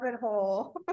hole